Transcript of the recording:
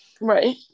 Right